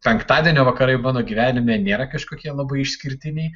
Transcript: penktadienio vakarai mano gyvenime nėra kažkokie labai išskirtiniai